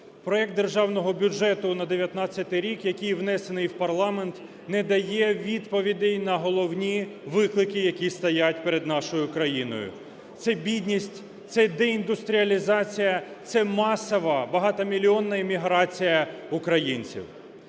Проект державного бюджету на 19-й рік, який внесений в парламент, не дає відповідей на головні виклики, які стоять перед нашою країною – це бідність, це деіндустріалізація, це масова багатомільйонна еміграція українців.